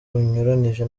bunyuranije